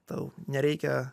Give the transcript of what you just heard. tau nereikia